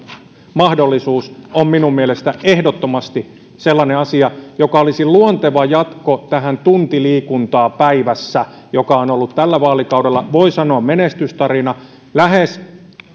mahdollisuuden on minun mielestäni ehdottomasti sellainen asia joka olisi luonteva jatko tälle tunti liikuntaa päivässä tavoitteelle joka on ollut tällä vaalikaudella voi sanoa menestystarina lähes